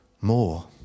more